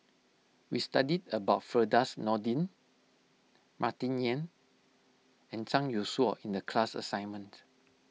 we studied about Firdaus Nordin Martin Yan and Zhang Youshuo in the class assignment